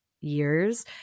years